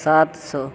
سات سو